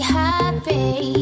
happy